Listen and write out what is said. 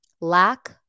lack